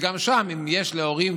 וגם שם, אם יש הורים